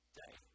day